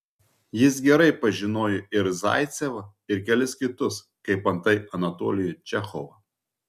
jis gerai pažinojo ir zaicevą ir kelis kitus kaip antai anatolijų čechovą